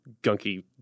gunky